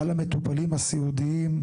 על המטופלים הסיעודיים,